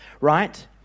right